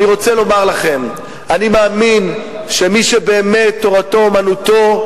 אני רוצה לומר לכם: אני מאמין שמי שבאמת תורתו אומנותו,